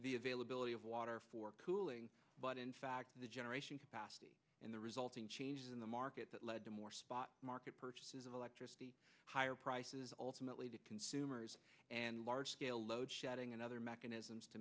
the availability of water for cooling but in fact the generation capacity and the resulting changes in the market that lead to more spot market purchases of electricity higher prices ultimately to consumers and large scale load shedding and other mechanisms to